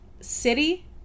city